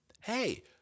Hey